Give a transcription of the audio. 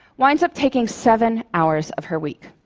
winds up taking seven hours of her week.